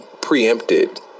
preempted